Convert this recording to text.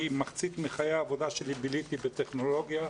מחצית מחיי העבודה שלי ביליתי בטכנולוגיה,